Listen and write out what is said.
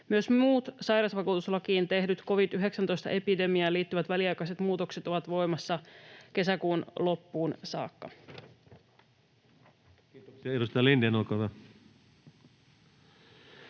Myös muut sairausvakuutuslakiin tehdyt covid-19-epidemiaan liittyvät väliaikaiset muutokset ovat voimassa kesäkuun loppuun saakka.